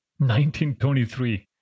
1923